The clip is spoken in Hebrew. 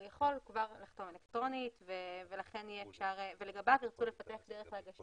הוא יכול לחתום אלקטרונית ולגביו ירצו לפתח דרך הגשה